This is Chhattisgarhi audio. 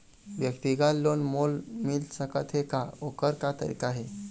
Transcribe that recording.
व्यक्तिगत लोन मोल मिल सकत हे का, ओकर का तरीका हे?